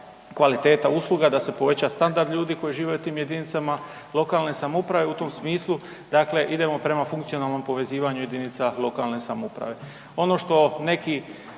kvaliteta usluga, da se poveća standard ljudi koji žive u tim jedinicama lokalne samouprave u tom smislu, dakle idemo prema funkcionalnom povezivanju jedinica lokalne samouprave.